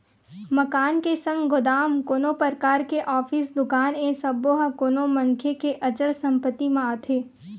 मकान के संग गोदाम, कोनो परकार के ऑफिस, दुकान ए सब्बो ह कोनो मनखे के अचल संपत्ति म आथे